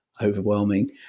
overwhelming